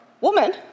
Woman